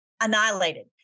annihilated